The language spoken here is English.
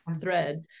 thread